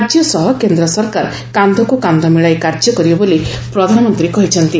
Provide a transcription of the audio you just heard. ରାଜ୍ୟ ସହ କେନ୍ଦ୍ର ସରକାର କାନ୍ଧକୁ କାନ୍ଧ ମିଳାଇ କାର୍ଯ୍ୟ କରିବେ ବୋଲି ପ୍ରଧାନମନ୍ତ୍ରୀ କହିଛନ୍ତି